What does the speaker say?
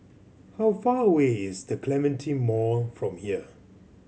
how far away is The Clementi Mall from here